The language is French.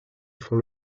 font